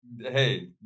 Hey